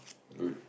good